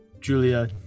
Julia